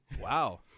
Wow